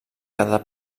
cada